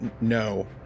no